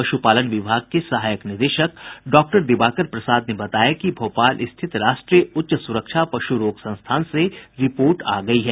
पुशपालन विभाग के सहायक निदेशक डॉक्टर दिवाकर प्रसाद ने बताया कि भोपाल स्थित राष्ट्रीय उच्च सुरक्षा पशु रोग संस्थान से रिपोर्ट आ गयी है